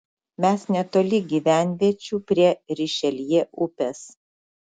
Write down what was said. mes netoli gyvenviečių prie rišeljė upės